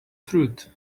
fruit